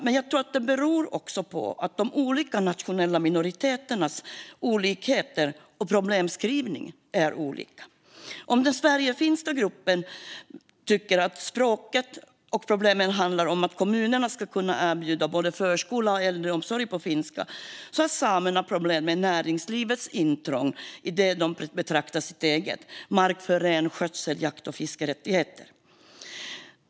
Men jag tror att det beror på de olika nationella minoriteternas olikheter och att problembeskrivningen är olika. Om den sverigefinska gruppen tycker att det handlar om språket och problemet att kommunerna ska kunna erbjuda både förskola och äldreomsorg på finska så har samerna problem med näringslivets intrång i det de betraktar som sitt eget, mark för renskötsel och jakt och fiskerättigheter.